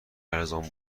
ارزان